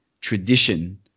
tradition